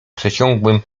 przeciągłym